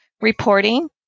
reporting